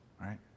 right